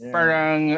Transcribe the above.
Parang